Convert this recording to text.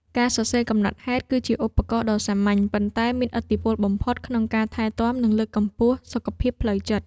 ការសរសេរកំណត់ហេតុ គឺជាឧបករណ៍ដ៏សាមញ្ញ ប៉ុន្តែមានឥទ្ធិពលបំផុតក្នុងការថែទាំ និងលើកកម្ពស់សុខភាពផ្លូវចិត្ត។